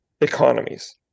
economies